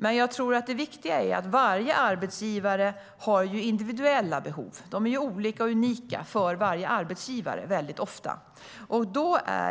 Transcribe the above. Det viktiga tror jag är att inse att varje arbetsgivare har individuella behov. Behoven är ofta olika och unika för varje arbetsgivare.